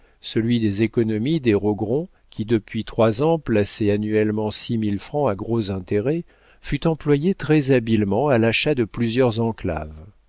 celui des économies des rogron qui depuis trois ans plaçaient annuellement six mille francs à gros intérêts fut employé très-habilement à l'achat de plusieurs